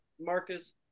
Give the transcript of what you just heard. Marcus